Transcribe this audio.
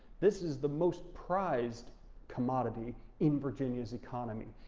this is the most prized commodity in virginia's economy,